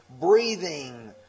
breathing